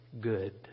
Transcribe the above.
good